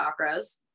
chakras